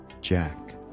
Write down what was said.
jack